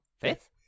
fifth